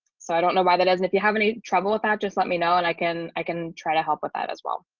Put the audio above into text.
so i don't know why that doesn't. if you have any trouble with that, just let me know. and i can, i can try to help with that as well.